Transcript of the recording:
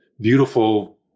beautiful